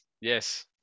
Yes